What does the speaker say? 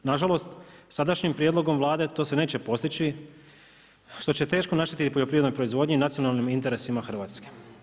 Nažalost, sadašnjim prijedlogom Vlade to se neće postići, što će teško naštetiti poljoprivrednoj proizvodnji i nacionalnim interesima Hrvatske.